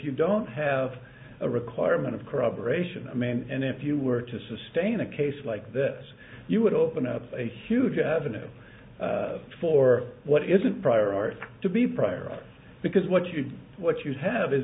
you don't have a requirement of corroboration i mean and if you were to sustain a case like this you would open up a huge avenue for what isn't prior art to be prior art because what you what you have is